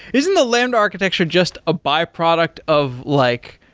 isn't the lambda architecture just a byproduct of like